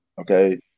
okay